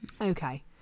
Okay